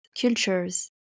cultures